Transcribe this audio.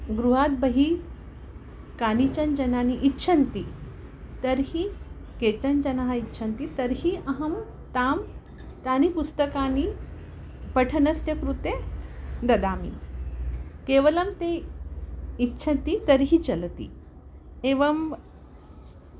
गृहात् बहिः कानिचन जनानि इच्छन्ति तर्हि केचन जनाः इच्छन्ति तर्हि अहं तां तानि पुस्तकानि पठनस्य कृते ददामि केवलं ते इच्छन्ति तर्हि चलति एवम्